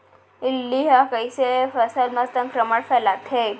इल्ली ह कइसे फसल म संक्रमण फइलाथे?